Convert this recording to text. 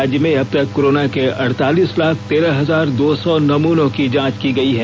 राज्य में अब तक कोरोना के अड़तालीस लाख तेरह हजार दो सौ नमूनों की जांच की गई है